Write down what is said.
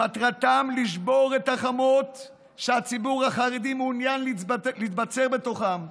שמטרתם לשבור את החומות שהציבור החרדי מעוניין להתבצר בתוכן,